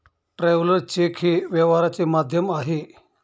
traveller cheque हे व्यवहाराचे माध्यम आहे